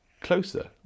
closer